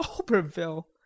Oberville